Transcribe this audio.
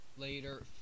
later